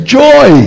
joy